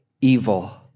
evil